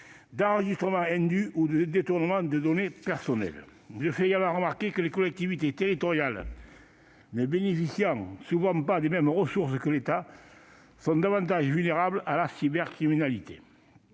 d'enregistrement indu ou de détournement de données personnelles. Je fais également remarquer que les collectivités territoriales, ne bénéficiant souvent pas des mêmes ressources que l'État, sont plus vulnérables à la cybercriminalité.